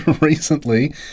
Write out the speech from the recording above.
recently